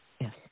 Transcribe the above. Yes